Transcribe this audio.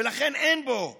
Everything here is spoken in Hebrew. ולכן, אין בו כסף,